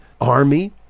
army